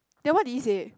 then what did he say